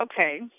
okay